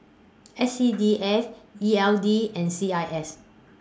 S C D F E L D and C I S